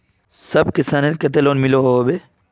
सब किसानेर केते लोन मिलोहो होबे?